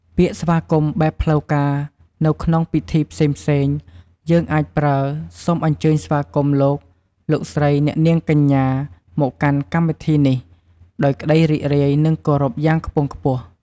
ពាក្យស្វាគមន៍បែបផ្លូវការនៅក្នុងពិធីផ្សេងៗ យើងអាចប្រើ «សូមអញ្ជើញស្វាគមន៍លោក លោកស្រីអ្នកនាងកញ្ញា មកកាន់កម្មវិធីនេះ ដោយក្តីរីករាយ និងគោរពយ៉ាងខ្ពង់ខ្ពស់។»